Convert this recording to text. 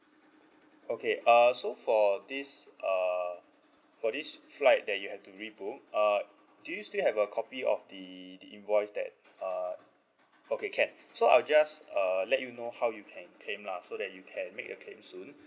okay uh so for this uh for this flight that you had to rebook uh do you still have a copy of the the invoice that uh okay can so I'll just uh let you know how you can claim lah so that you can make a claim soon